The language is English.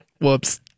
Whoops